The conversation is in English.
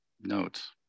notes